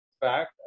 back